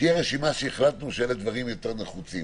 רשימה של דברים שהחלטנו שהם יותר נחוצים,